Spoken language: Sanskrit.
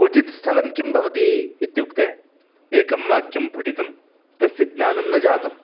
क्वचित् स्थलं किं भवति इत्युक्ते एकं वाक्यं पितं तस्य ज्ञानं न जातं